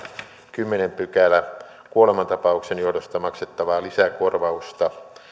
kymmenes pykälä kuolemantapauksen johdosta maksettavaa lisäkorvausta